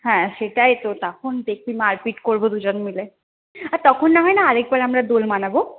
হ্যাঁ সেটাই তো তখন দেখবি মারপিট করব দুজন মিলে আর তখন না হয় না আরেকবার আমরা দোল মানাব